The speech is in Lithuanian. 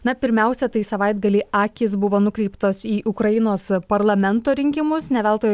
na pirmiausia tai savaitgalį akys buvo nukreiptos į ukrainos parlamento rinkimus ne veltui